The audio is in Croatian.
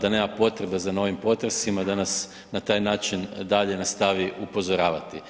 da nema potrebe za novim potresima da nas na taj način dalje nastavi upozoravati.